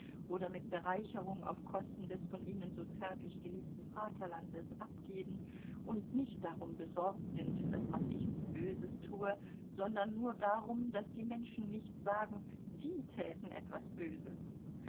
oder mit bereicherung auf kosten des von ihnen so zärtlich geliebten vaterlandes abgeben und nicht darum besorgt sind daß man nichts böses tue sondern nur darum daß die menschen nicht sagen sie täten etwas böses